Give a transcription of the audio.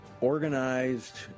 organized